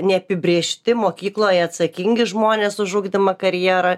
neapibrėžti mokykloje atsakingi žmonės už ugdymą karjerą